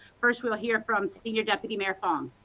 first we will hear from senior deputy mayor fong.